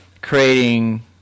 creating